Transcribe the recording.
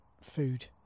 food